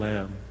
Lamb